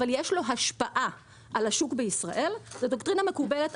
אבל יש לו השפעה על השוק בישראל זו דוקטרינה מקובלת,